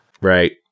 Right